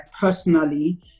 personally